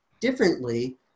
differently